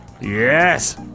Yes